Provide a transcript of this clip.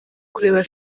kureba